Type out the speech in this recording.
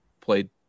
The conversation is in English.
played